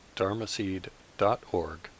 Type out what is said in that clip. dharmaseed.org